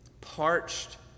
Parched